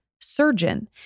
surgeon